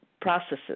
processes